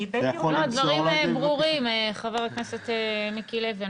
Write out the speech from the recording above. לא, הדברים ברורים, חבר הכנסת מיקי לוי.